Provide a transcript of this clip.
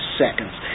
seconds